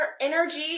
energy